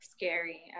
scary